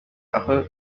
aho